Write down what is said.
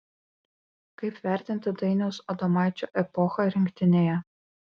kaip vertinti dainiaus adomaičio epochą rinktinėje